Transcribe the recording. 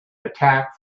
attack